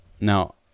Now